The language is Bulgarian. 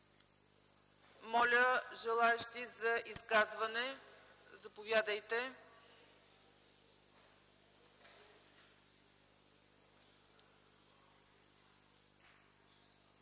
ГЕРБ. Желаещи за изказване? Заповядайте.